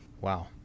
wow